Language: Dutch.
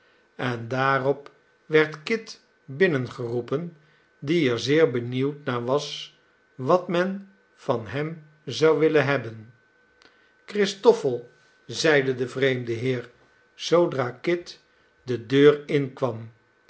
en daarop werd kit binnen geroepen die er zeer benieuwd naar was wat men van hem zou willen hebben christoffel zeide de vreemde heer zoodra kit de deur